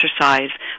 exercise